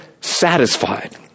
satisfied